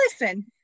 Listen